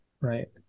right